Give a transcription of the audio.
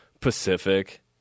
Pacific